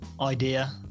idea